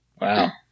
Wow